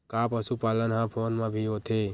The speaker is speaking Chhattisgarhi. का पशुपालन ह फोन म भी होथे?